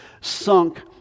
sunk